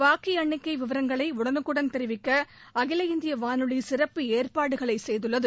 வாக்கு எண்ணிக்கை விவரங்களை உடனுக்குடன் தெரிவிக்க அகில இந்திய வானொலி சிறப்பு ஏற்பாடுகளை செய்துள்ளது